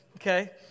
Okay